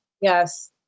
Yes